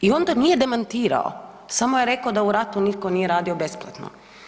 I onda nije demantirao, samo je rekao da u ratu nitko nije radio besplatno.